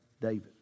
David